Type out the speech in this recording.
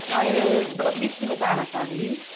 नरियल द बिस रुपियाँ चाना छ दिदी